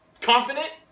confident